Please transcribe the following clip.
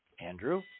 andrew